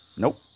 Nope